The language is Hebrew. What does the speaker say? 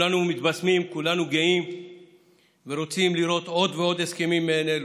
שכולנו מתבשמים וכולנו גאים ורוצים לראות עוד ועוד הסכמים מעין אלו,